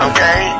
Okay